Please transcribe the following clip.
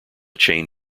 chain